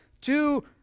two